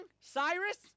Cyrus